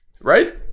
Right